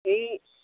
এই